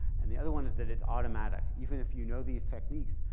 and the other one is that it's automatic. even if you know these techniques,